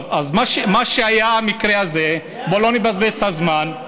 מה שהיה, המקרה הזה, בוא לא נבזבז את הזמן.